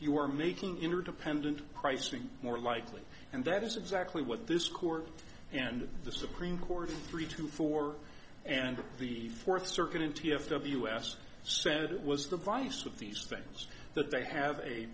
you are making interdependent pricing more likely and that is exactly what this court and the supreme court three two four and the fourth circuit m t f of us said it was the vice of these things that they have a